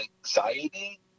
anxiety